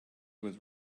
with